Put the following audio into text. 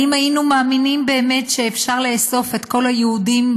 האם היינו מאמינים באמת שאפשר לאסוף את כל היהודים,